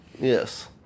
Yes